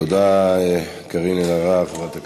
תודה, קארין אלהרר, חברת הכנסת.